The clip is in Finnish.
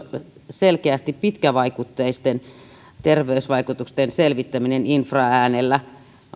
selkeästi pitkävaikutteisten terveysvaikutusten selvittäminen infraäänestä